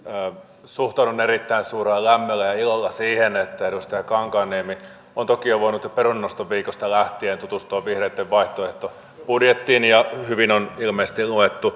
suhtaudun erittäin suurella lämmöllä ja ilolla siihen että edustaja kankaanniemi on toki voinut jo perunannostoviikosta lähtien tutustua vihreitten vaihtoehtobudjettiin ja hyvin on ilmeisesti luettu